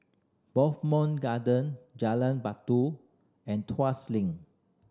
Bowmont Garden Jalan Batu and Tuas Link